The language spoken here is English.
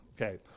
okay